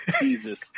Jesus